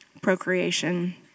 procreation